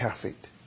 perfect